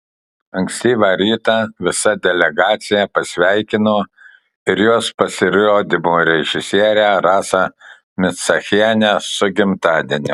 ankstyvą rytą visa delegacija pasveikino ir jos pasirodymo režisierę rasą micachienę su gimtadieniu